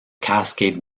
cascade